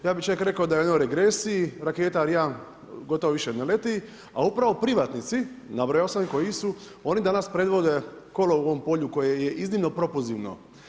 Ja bih čak rekao da je u jednoj regresiji, raketa Ariane gotovo više ne leti, a upravo privatnici, nabrojao sam ih koji su, oni danas predvode kolo u ovom polju koje je iznimno propulzivno.